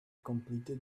completed